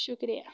شُکریہ